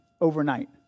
overnight